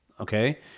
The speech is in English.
okay